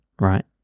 right